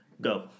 Go